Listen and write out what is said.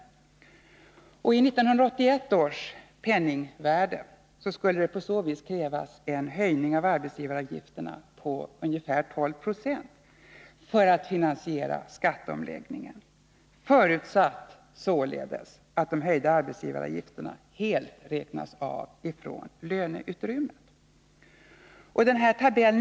I 1981 års penningvärde skulle det på det viset krävas en höjning av arbetsgivaravgifterna på ungefär 12 procentenheter för att finansiera skatteomläggningen, förutsatt således att de höjda arbetsgivaravgifterna helt räknas av från Nr 39 löneutrymmet. Tab.